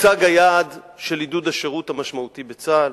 הוצג היעד של עידוד השירות המשמעותי בצה"ל,